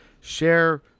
Share